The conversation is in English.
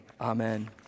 amen